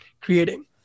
creating